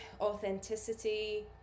authenticity